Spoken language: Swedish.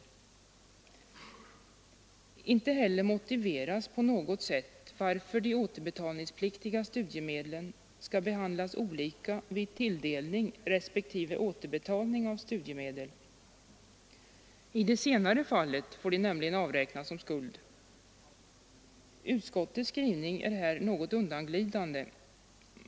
Inte heller motiveras på något sätt varför de återbetalningspliktiga studiemedlen skall behandlas olika vid tilldelning respektive återbetalning av studiemedel. I det senare fallet får de nämligen avräknas som skuld. Utskottets skrivning är här något undanglidande.